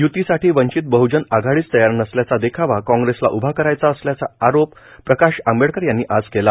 युतीसाठी वंचित बह्नजन आघाडीच तयार नसल्याचा देखावा काँग्रेसला उभा करायचा असल्याचा आरोप प्रकाश आंबेडकर यांनी आज केला